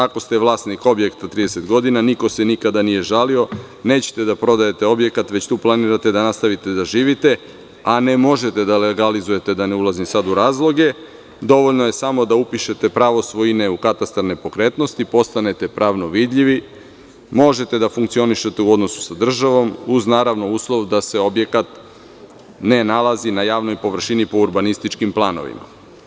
Ako ste vlasnik objekta 30 godina, niko se nikada nije žalio, nećete da prodajete objekat, već tu planirate da nastavite da živite, a ne možete da legalizujete, da ne ulazim sad u razloge, dovoljno je samo da upišete pravo svojine u katastar nepokretnosti, postanete pravno vidljivi, možete da funkcionišete u odnosu sa državom, naravno, uz uslov da se objekat ne nalazi na javnoj površini po urbanističkim planovima.